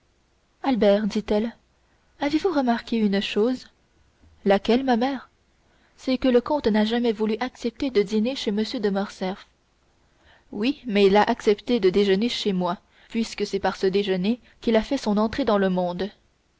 albert dit-elle avez-vous remarqué une chose laquelle ma mère c'est que le comte n'a jamais voulu accepter de dîner chez m de morcerf oui mais il a accepté de déjeuner chez moi puisque c'est par ce déjeuner qu'il a fait son entrée dans le monde